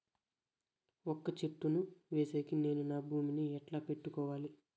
వక్క చెట్టును వేసేకి నేను నా భూమి ని ఎట్లా పెట్టుకోవాలి?